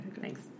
Thanks